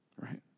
Right